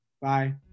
bye